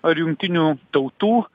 ar jungtinių tautų